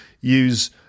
use